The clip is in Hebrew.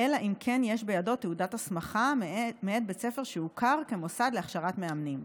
אלא אם כן יש בידו תעודת הסמכה מאת בית ספר שהוכר כמוסד להכשרת מאמנים.